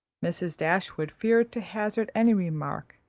mrs. dashwood feared to hazard any remark,